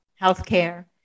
healthcare